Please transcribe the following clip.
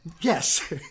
Yes